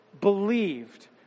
believed